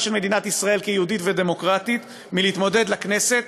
של מדינת ישראל כיהודית ודמוקרטית להתמודד לכנסת.